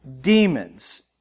demons